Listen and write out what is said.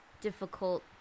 difficult